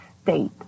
state